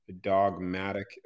dogmatic